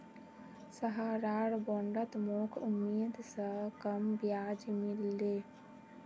सहारार बॉन्डत मोक उम्मीद स कम ब्याज मिल ले